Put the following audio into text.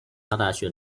大学